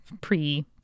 pre